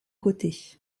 côtés